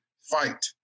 fight